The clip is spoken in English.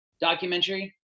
documentary